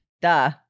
Duh